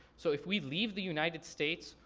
so if we leave the united states,